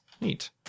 Neat